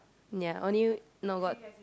ya only no got